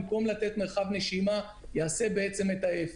במקום לתת מרחב נשימה יעשה את ההפך.